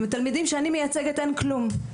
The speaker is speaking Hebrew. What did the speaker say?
עם התלמידים שאני מייצגת אין כלום.